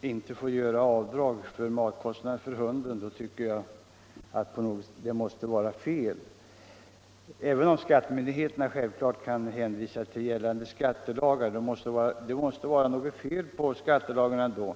inte får göra avdrag för matkostnaderna för hunden måste det vara fel — även om skattemyndigheterna självfallet kan hänvisa till gällande skattelagar. Det måste vara något fel på skattelagarna.